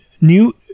New